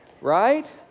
right